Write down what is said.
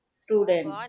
student